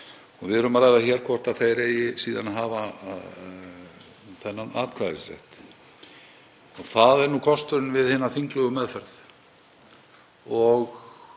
Við erum að ræða hér hvort þeir eigi síðan að hafa þennan atkvæðisrétt. Það er nú kosturinn við hina þinglegu meðferð